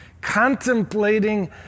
contemplating